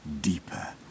deeper